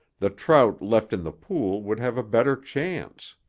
the trout left in the pool would have a better chance.